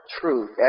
truth